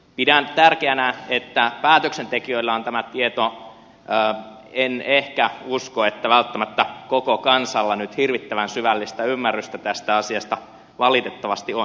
pidän tärkeänä että päätöksentekijöillä on tämä tieto en ehkä usko että välttämättä koko kansalla nyt hirvittävän syvällistä ymmärrystä tästä asiasta valitettavasti on